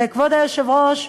וכבוד היושב-ראש,